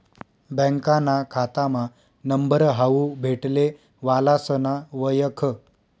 बँकाना खातामा नंबर हावू भेटले वालासना वयख